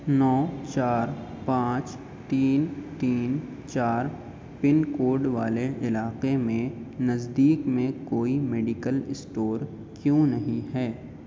نو چار پانچ تین تین چار پن کوڈ والے علاقے میں نزدیک میں کوئی میڈیکل اسٹور کیوں نہیں ہے